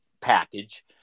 package